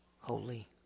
holy